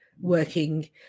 working